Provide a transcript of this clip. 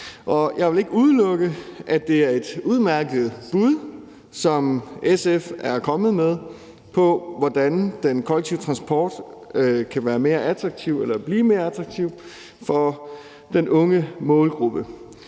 Jeg vil ikke udelukke, at det er et udmærket bud, som SF er kommet med, på, hvordan den kollektive transport kan blive mere attraktiv for den unge målgruppe.